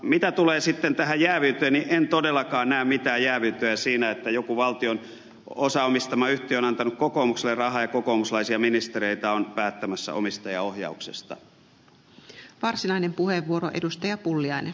mitä tulee sitten tähän jääviyteen niin en todellakaan näe mitään jääviyttä siinä että joku valtion osaomistama yhtiö on antanut kokoomukselle rahaa ja kokoomuslaisia ministereitä on päättämissä omistajaohjauksesta